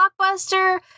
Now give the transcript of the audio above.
blockbuster